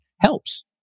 helps